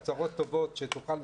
שאני אוכל לתרום את תרומתי גם כמחנך,